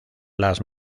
las